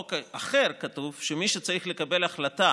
בחוק אחר כתוב שמי שצריך לקבל החלטה